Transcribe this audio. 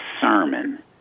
sermon